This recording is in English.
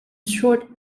short